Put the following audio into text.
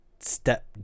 step